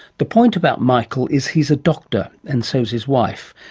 the point about michael is he's a doctor, and so is his wife,